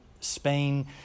Spain